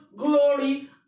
Glory